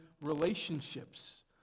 relationships